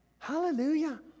hallelujah